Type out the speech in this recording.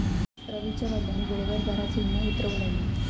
रवीच्या वडिलांनी वेळेवर घराचा विमो उतरवल्यानी